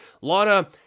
Lana